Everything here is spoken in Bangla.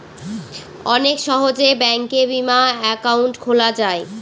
অনেক সহজে ব্যাঙ্কে বিমা একাউন্ট খোলা যায়